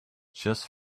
just